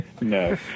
No